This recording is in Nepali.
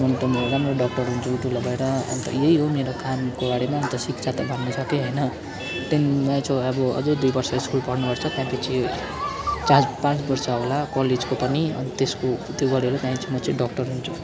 अन्त म राम्रो डक्टर हुन्छु ठुलो भएर अन्त यही हो मेरो कामको बारेमा अन्त शिक्षा त भनिसकेँ होइन त्यहाँदेखि मेरो चाहिँ अब अझै दुई वर्ष स्कुल पढ्नु पर्छ त्यहाँपिच्छे चार पाँच वर्ष होला कलेजको पनि त्यसको त्यो गरेर त्यहाँदेखि चाहिँ म चाहिँ डक्टर हुन्छु